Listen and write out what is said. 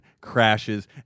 crashes